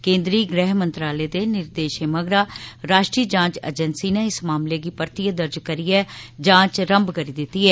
केन्द्री गृह मंत्रालय दे निर्देश मगरा राश्ट्री जांच एजेंसी नै इस मामले गी परतियै दर्ज करियै जांच रंभ करी दित्ती ऐ